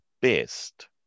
best